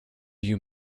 you